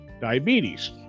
diabetes